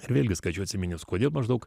ir vėlgi skaičiau atsiminimus kodėl maždaug